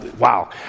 wow